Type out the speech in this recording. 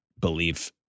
belief